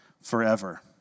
forever